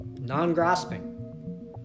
Non-grasping